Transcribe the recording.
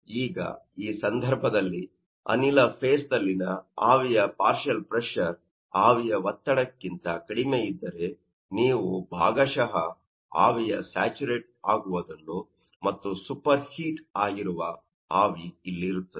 ಈಗ ಈ ಸಂದರ್ಭದಲ್ಲಿ ಅನಿಲ ಫೇಸ್ ದಲ್ಲಿನ ಆವಿಯ ಪಾರ್ಷಿಯಲ್ ಪ್ರೆಶರ್ ಆವಿಯ ಒತ್ತಡಕ್ಕಿಂತ ಕಡಿಮೆ ಇದ್ದರೆ ನೀವು ಭಾಗಶ ಆವಿಯು ಸ್ಯಾಚರೇಟ್ ಆಗುವುದನ್ನು ಮತ್ತು ಸೂಪರ್ ಹೀಟ್ ಆಗಿರುವ ಆವಿ ಅಲ್ಲಿ ಇರುತ್ತದೆ